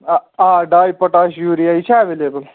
اَ آ ڈاے potash urea یہِ چھا ایویلیبٕل